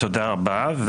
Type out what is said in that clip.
תודה רבה.